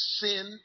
sin